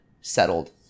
settled